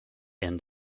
end